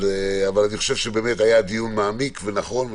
אני חושב שהיה דיון מעמיק ונכון,